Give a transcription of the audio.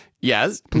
Yes